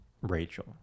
Rachel